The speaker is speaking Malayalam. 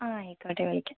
ആ ആയിക്കോട്ടെ വിളിക്കാം